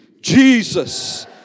Jesus